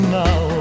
now